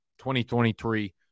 2023